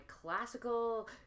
classical